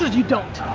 you don't.